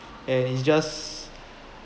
and it's just